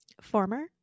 former